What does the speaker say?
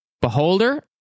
Beholder